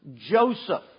Joseph